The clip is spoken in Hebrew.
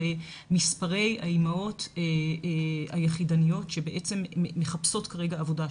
מספרי האימהות היחידניות שבעצם מחפשות כרגע עבודה,